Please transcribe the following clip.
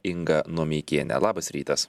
inga nomeikienė labas rytas